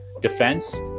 Defense